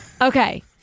Okay